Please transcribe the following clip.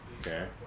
Okay